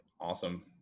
awesome